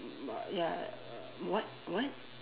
mm ya what what